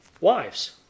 Wives